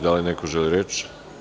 Da li neko želi reč?